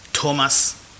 Thomas